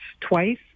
twice